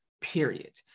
period